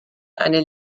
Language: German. eine